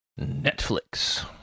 Netflix